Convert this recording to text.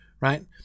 right